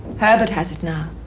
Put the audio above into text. herbert has it now.